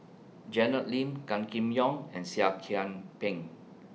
Janet Lim Gan Kim Yong and Seah Kian Peng